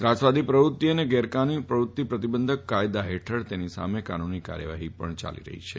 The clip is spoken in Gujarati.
ત્રાસવાદી પ્રવૃત્તિ અને ગેરકાનૂની પ્રવૃત્તિ પ્રતિબંધક કાયદા ફેઠળ તેની સામે કાનૂની કાર્યવાફી ચાલે છે